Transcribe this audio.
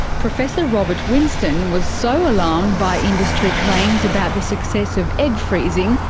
professor robert winston was so alarmed by industry claims about the success of egg freezing,